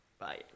Bye